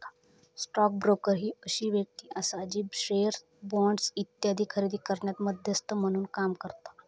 stock broker ही अशी व्यक्ती आसा जी शेअर्स, बॉण्ड्स इत्यादी खरेदी करण्यात मध्यस्थ म्हणून काम करता